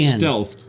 stealth